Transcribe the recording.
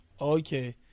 Okay